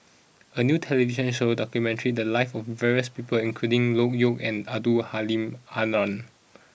a new television show documented the lives of various people including Loke Yew and Abdul Halim Haron